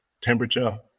temperature